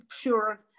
sure